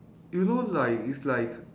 you know like is like